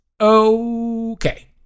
Okay